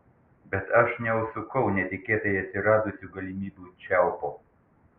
bet aš neužsukau netikėtai atsiradusių galimybių čiaupo